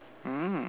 mm